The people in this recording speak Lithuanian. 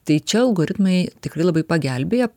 tai čia algoritmai tikrai labai pagelbėja